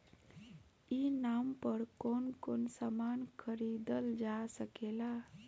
ई नाम पर कौन कौन समान खरीदल जा सकेला?